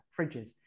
fridges